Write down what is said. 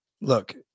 look